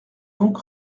donc